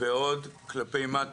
ועל הצורך בשמירתם,